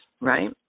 right